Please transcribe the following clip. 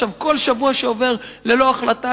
כל שבוע שעובר ללא החלטה,